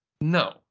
No